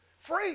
free